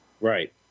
Right